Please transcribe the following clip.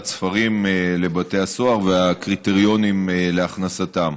ספרים לבתי הסוהר והקריטריונים להכנסתם.